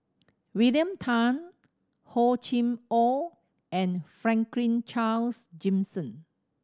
William Tan Hor Chim Or and Franklin Charles Gimson